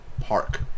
Park